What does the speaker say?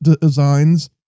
designs